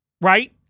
right